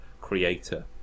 creator